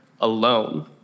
alone